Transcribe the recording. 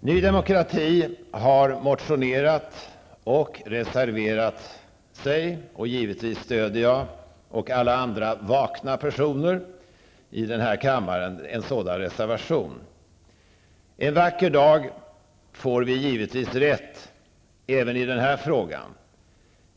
Ny Demokrati har motionerat och reserverat sig, och givetvis stöder jag och alla andra vakna personer i den här kammaren en sådan reservation. En vacker dag får vi givetvis rätt även i den här frågan.